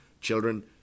Children